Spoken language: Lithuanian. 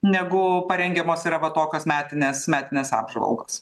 negu parengiamos yra va tokios metinės metinės apžvalgos